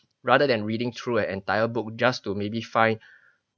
rather than reading through an entire book just to maybe find